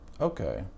Okay